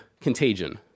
contagion